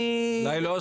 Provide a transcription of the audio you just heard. האלה.